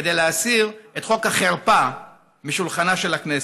כדי להסיר את חוק החרפה משולחנה של הכנסת.